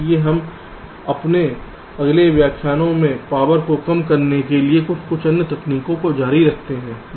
इसलिए हम अपने अगले व्याख्यानों में पावर को कम करने के लिए कुछ अन्य तकनीक जारी रखते हैं